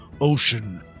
ocean